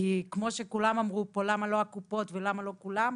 כמו שכולם אמרו פה: למה לא הקופות ולמה לא כולם?